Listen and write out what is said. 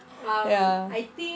ya